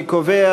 אני קובע